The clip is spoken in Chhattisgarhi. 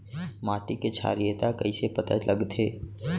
माटी के क्षारीयता कइसे पता लगथे?